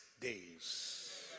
days